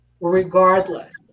regardless